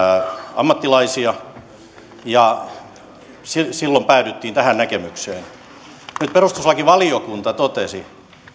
ammattilaisia ja silloin päädyttiin tähän näkemykseen nyt perustuslakivaliokunta totesi